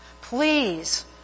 Please